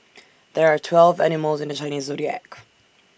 there are twelve animals in the Chinese Zodiac